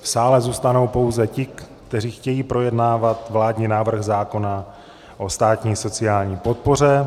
V sále zůstanou pouze ti, kteří chtějí projednávat vládní návrh zákona o státní sociální podpoře.